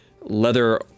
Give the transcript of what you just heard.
leather